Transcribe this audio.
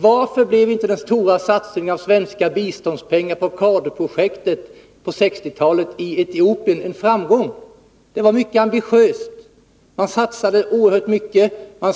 Varför blev inte den stora satsningen med svenska biståndspengar på CADU-projektet i Etiopien på 1960-talet en framgång? Det var ett mycket ambitiöst projekt. Man satsade oerhört mycket, man